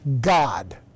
God